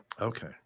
Okay